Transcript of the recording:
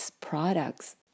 products